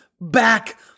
back